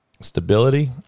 stability